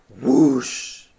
whoosh